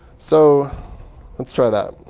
so let's try that.